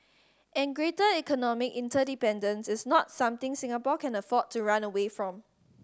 and greater economic interdependence is not something Singapore can afford to run away from